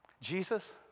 Jesus